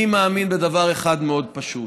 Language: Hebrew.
אני מאמין בדבר אחד מאוד פשוט,